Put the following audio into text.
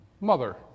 mother